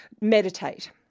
meditate